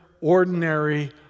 ordinary